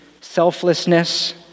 selflessness